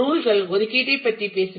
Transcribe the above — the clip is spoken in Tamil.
ரூல் கள் ஒதுக்கீட்டைப் பற்றி பேசின